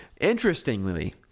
Interestingly